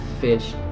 fish